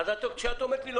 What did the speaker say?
אז כשאת אומרת לי,